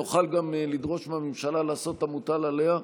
נוכל לדרוש גם מהממשלה לעשות את המוטל עליה,